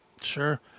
Sure